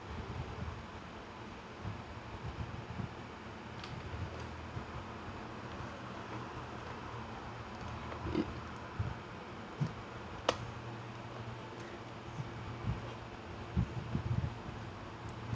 it